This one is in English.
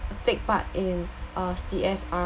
take part in uh C_S_R